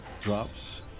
drops